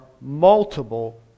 multiple